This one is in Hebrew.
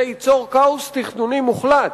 זה ייצור כאוס תכנוני מוחלט,